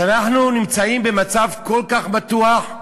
אז אנחנו נמצאים במצב כל כך מתוח,